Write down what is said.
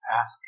ask